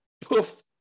poof